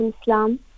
Islam